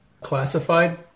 classified